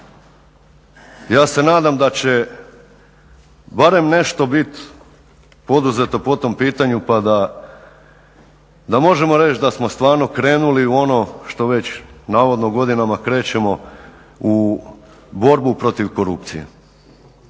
ja se nadam da će barem nešto biti poduzeto po tom pitanju pa da možemo reći da smo stvarno krenuli u ono što već navodno godinama krećemo u borbu protiv korupcije.